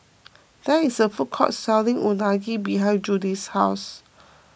there is a food court selling Unagi behind Judie's house